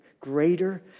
greater